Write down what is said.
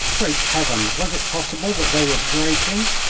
great heaven! was it possible that they were breaking?